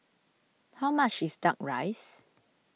how much is Duck Rice